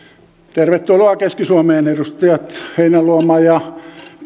tervetuloa keski suomeen edustajat heinäluoma ja